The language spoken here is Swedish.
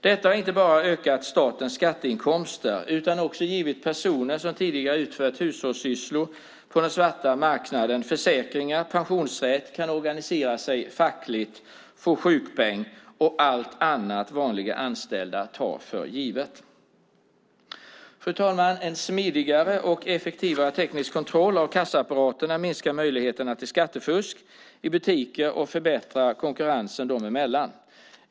Detta har inte bara ökat statens skatteinkomster utan också givit personer som tidigare utfört hushållssysslor på den svarta marknaden försäkringar, pensionsrätt, möjlighet att organisera sig fackligt och få sjukpeng och allt annat som vanliga anställda tar för givet. Fru talman! En smidigare och effektivare teknisk kontroll av kassaapparaterna minskar möjligheterna till skattefusk i butiker och förbättrar konkurrensen dem emellan.